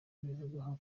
mbivugaho